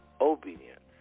obedient